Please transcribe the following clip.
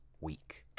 week